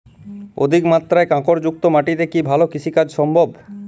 অধিকমাত্রায় কাঁকরযুক্ত মাটিতে কি ভালো কৃষিকাজ সম্ভব?